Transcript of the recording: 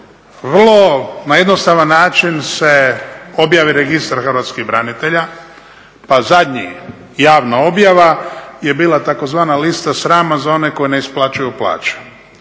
Vrlo na jednostavan način se objave registra hrvatskih branitelja pa zadnji javna objava je bila tzv. lista srama za one koji ne isplaćuju plaće.